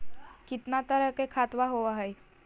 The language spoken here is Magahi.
कितना तरह के खातवा होव हई?